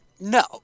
no